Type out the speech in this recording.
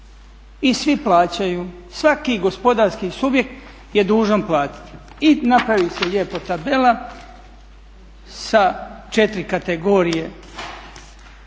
i svi plaćaju, svaki gospodarski subjekt je dužan platiti. I napravi se lijepo tabela sa četiri kategorije